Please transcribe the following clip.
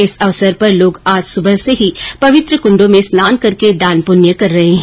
इस अवसर पर लोग आज सुबह से ही पवित्र कृण्डों में स्नान करके दानप्रण्य कर रहे है